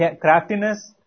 craftiness